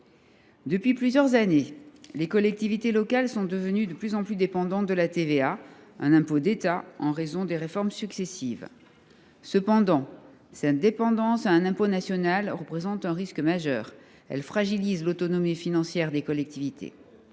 Depuis plusieurs années, les collectivités locales sont devenues de plus en plus dépendantes de la TVA, un impôt d’État, en raison des réformes successives. Cependant, cette dépendance à un impôt national représente un risque majeur : elle fragilise l’autonomie financière des collectivités.